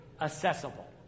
accessible